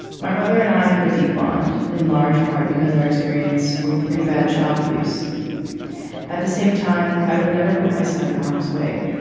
my brother and i have a deep bond in large part because our experience with pretty bad child abuse at the same time, i would never put my son in harm's way.